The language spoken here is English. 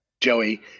Joey